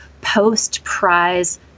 post-prize